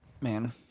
man